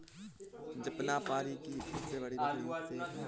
जमनापारी भारत की सबसे बड़ी बकरियों में से एक है